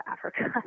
Africa